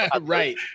Right